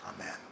Amen